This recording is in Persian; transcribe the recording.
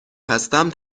هستم